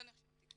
אני לא נרשמתי.